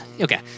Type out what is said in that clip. Okay